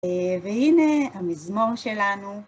והנה המזמור שלנו.